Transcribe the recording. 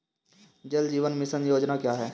जल जीवन मिशन योजना क्या है?